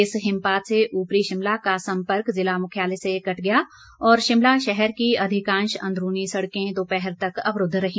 इस हिमपात से ऊपरी शिमला का संपर्क जिला मुख्यालय से कट गया और शिमला शहर की अधिकांश अंदरूनी सड़कें दोपहर तक अवरूद्व रहीं